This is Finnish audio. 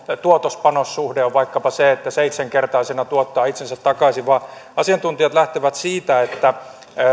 tuotos panos suhde on vaikkapa se että varhaiskasvatus seitsemän kertaisena tuottaa itsensä takaisin vaan asiantuntijat lähtevät siitä että